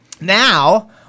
Now